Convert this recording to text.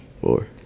four